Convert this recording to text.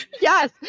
Yes